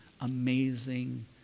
amazing